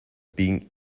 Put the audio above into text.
being